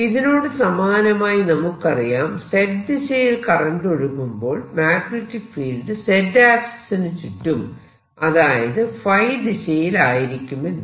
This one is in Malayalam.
ഇതിനോട് സമാനമായി നമുക്കറിയാം Z ദിശയിൽ കറന്റ് ഒഴുകുമ്പോൾ മാഗ്നെറ്റിക് ഫീൽഡ് Z ആക്സിസിനു ചുറ്റും അതായത് ϕ ദിശയിൽ ആയിരിക്കുമെന്ന്